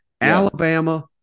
Alabama